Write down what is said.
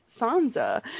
Sansa